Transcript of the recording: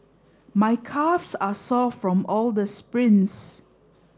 my calves are sore from all the sprints